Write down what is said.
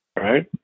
Right